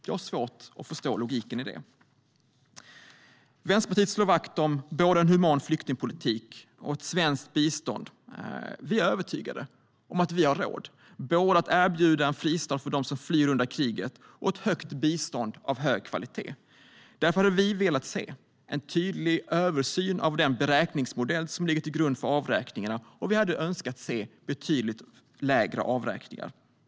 Det är svårt att förstå logiken i detta. Vänsterpartiet slår vakt om en human flyktingpolitik och ett svenskt bistånd. Vi är övertygade om att vi har råd att erbjuda både en fristad för dem som flyr undan kriget och ett högt bistånd av hög kvalitet. Därför hade vi velat se en tydlig översyn av beräkningsmodellen för avräkningar, och vi hade önskat se betydligt lägre avräkningar.